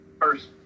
first